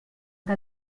que